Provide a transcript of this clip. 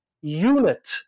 unit